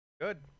Good